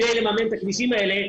כדי לממן את הכבישים האלה,